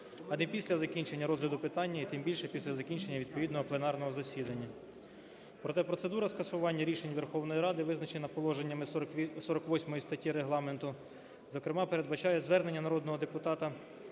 а не після закінчення розгляду питання і, тим більше, після закінчення відповідного пленарного засідання. Проте процедура скасування рішень Верховної Ради, визначена положеннями 48 статті Регламенту, зокрема, передбачає звернення народного депутата